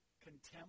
contempt